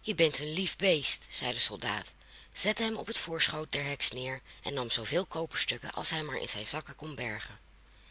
je bent een lief beest zei de soldaat zette hem op het voorschoot der heks neer en nam zooveel koperstukken als hij maar in zijn zakken kon bergen